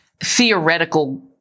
theoretical